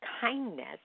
kindness